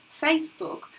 Facebook